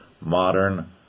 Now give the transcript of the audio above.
modern